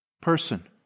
person